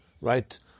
right